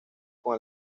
con